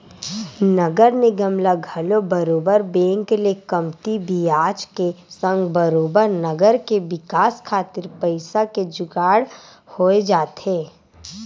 नगर निगम ल घलो बरोबर बेंक ले कमती बियाज के संग बरोबर नगर के बिकास खातिर पइसा के जुगाड़ होई जाथे